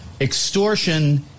Extortion